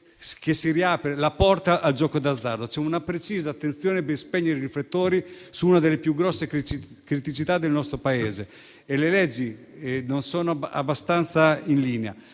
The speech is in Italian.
si riapre la porta al gioco d'azzardo. C'è una precisa intenzione di spegnere i riflettori su una delle più grosse criticità del nostro Paese e le leggi non sono abbastanza in linea.